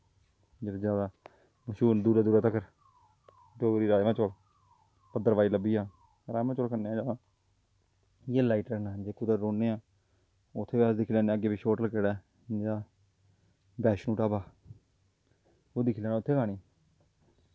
जेह्ड़े जादा मश्हूर न दूरा दूरा तकर डोगरा राजमांह् चौल भदरवाही लब्भी जान रोजमांह् चोल खन्ने आं जादा इ'यां लाइट लैन्ने आं जित्थें कुदै रौह्न्ने आं उत्थें अस दिक्खी लैन्ने आं अग्गें पिच्छें होटल केह्ड़ा ऐ जियां वैष्णो ढाबा ओह् दिक्खी लैना उत्थें खानी